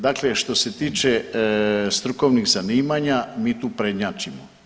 Dakle, što se tiče strukovnih zanimanja mi tu prednjačimo.